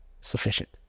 sufficient